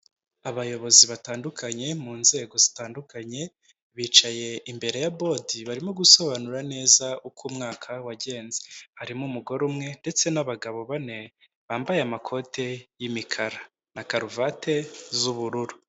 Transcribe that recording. Abayobozi batandukanye mu nzego zitandukanye bicaye imbere ya bodi barimo gusobanura neza uko umwaka wagenze, harimo umugore umwe ndetse n'abagabo bane bambaye amakoti y'imikara na karuvati z'ubururu.